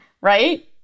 right